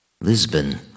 Lisbon